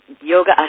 yoga